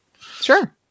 Sure